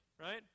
Right